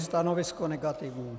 Stanovisko negativní.